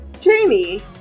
jamie